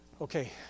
okay